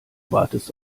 wartest